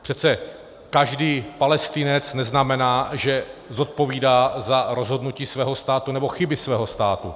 Přece každý Palestinec neznamená, že zodpovídá za rozhodnutí svého státu nebo chyby svého státu.